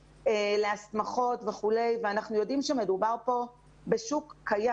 להסמכות וכולי ואנחנו יודעים שמדובר כאן בשוק קיים.